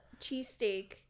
cheesesteak